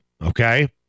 okay